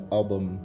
album